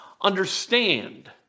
understand